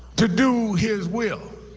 to do his will.